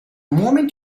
moment